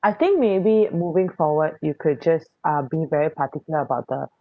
I think maybe moving forward you could just uh be very particular about the